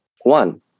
One